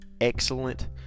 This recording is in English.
excellent